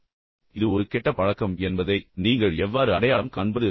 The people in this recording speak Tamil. எனவே இது ஒரு கெட்ட பழக்கம் என்பதை நீங்கள் எவ்வாறு அடையாளம் காண்பது